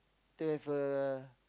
to have a